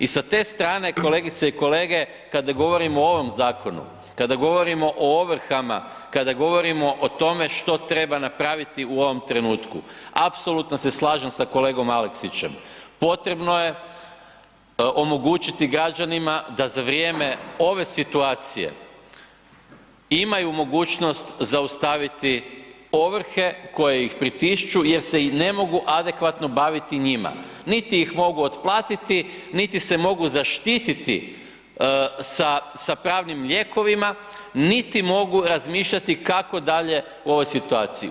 I sa te strane kolegice i kolege, kada govorimo o ovom zakonu, kada govorimo o ovrhama, kada govorimo o tome što treba napraviti u ovom trenutku, apsolutno se slažem sa kolegom Aleksićem, potrebno je omogućiti građanima da za vrijeme ove situacije imaju mogućnost zaustaviti ovrhe koje ih pritišću jer se i ne mogu adekvatno baviti njima, niti ih mogu otplatiti niti se mogu zaštititi sa pravnim lijekovima, niti mogu razmišljati kako dalje u ovoj situaciji.